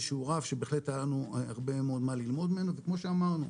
שהוא רף שבהחלט היה לנו הרבה מאוד מה ללמוד ממנו וכמו שאמרנו,